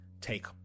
take